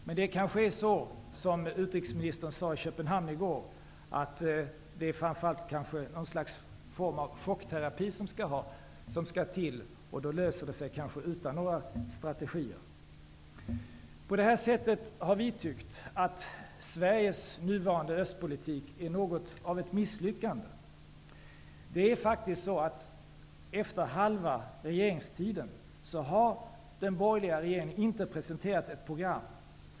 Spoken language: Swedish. Men det kanske är så som utrikesministern sade i Köpenhamn i går, att det framför allt är någon form av chockterapi som skall till, och då löser det sig kanske utan några strategier. Vi har tyckt att Sveriges nuvarande östpolitik är något av ett misslyckande. Faktum är att efter halva regeringstiden har den borgerliga regeringen inte presenterat ett program.